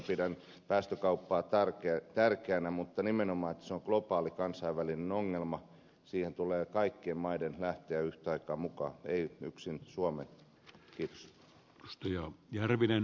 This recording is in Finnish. pidän päästökauppaa tärkeänä mutta nimenomaan se on globaali kansainvälinen ongelma siihen tulee kaikkien maiden lähteä yhtä aikaa mukaan ei yksin suomen